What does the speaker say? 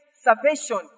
salvation